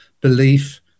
belief